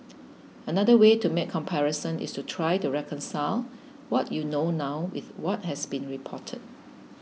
another way to make comparisons is to try to reconcile what you know now with what has been reported